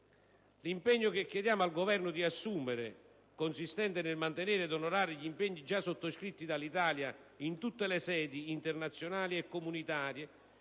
L'impegno che chiediamo al Governo di assumere, consistente nel mantenere ed onorare gli impegni già sottoscritti dall'Italia in tutte le sedi internazionali e comunitarie